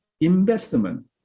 investment